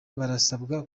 barasabwa